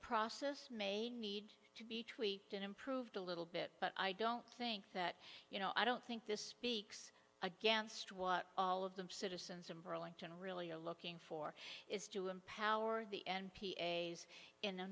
process may need to be tweaked and improved a little bit but i don't think that you know i don't think this speaks against what all of them citizens of burlington really are looking for is to empower the n p a s in a